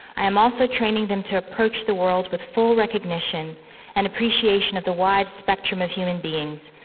i am also training them to approach the world with full recognition and appreciation of the wide spectrum of human beings,